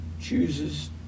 chooses